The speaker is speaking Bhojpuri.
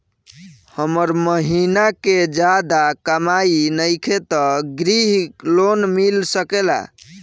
हमर महीना के ज्यादा कमाई नईखे त ग्रिहऽ लोन मिल सकेला?